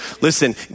Listen